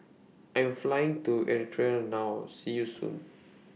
I Am Flying to Eritrea now See YOU Soon